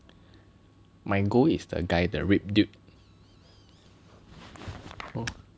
my goal is the guy the ripped dude